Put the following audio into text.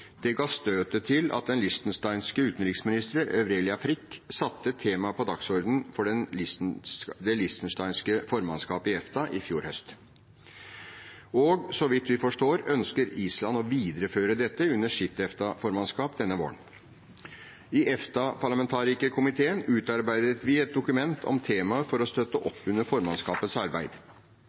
Det ga støtet til at den liechtensteinske utenriksministeren, Aurelia Frick, satte temaet på dagsordenen for det liechtensteinske formannskapet i EFTA i fjor høst. Og så vidt vi forstår, ønsker Island å videreføre dette under sitt EFTA-formannskap denne våren. I EFTA-parlamentarikerkomiteen utarbeidet vi et dokument om temaet for å støtte opp under formannskapets arbeid.